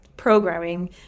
Programming